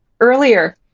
earlier